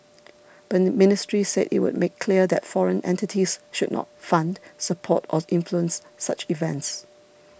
but the ministry said it would make clear that foreign entities should not fund support or influence such events